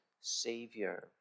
Savior